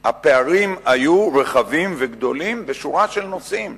הפערים היו רחבים וגדולים בשורה של נושאים,